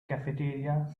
cafeteria